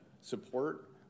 support